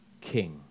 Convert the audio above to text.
King